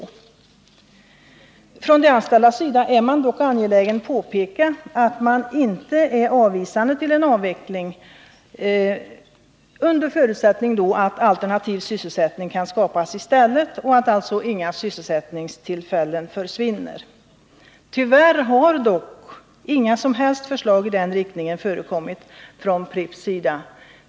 Från de anställdas sida är man dock angelägen om att påpeka att man inte ställer sig avvisande till en avveckling, under förutsättning att alternativ sysselsättning då kan skapas i stället och att alltså inga sysselsättningstillfällen försvinner. Tyvärr har dock inga som helst förslag i den riktningen framlagts från Pripps sida.